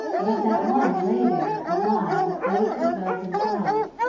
but that one lay there alive with delicate buds and flowers,